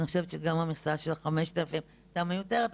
אני חושבת שגם המכסה של ה-5,000 הייתה מיותרת,